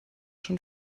schon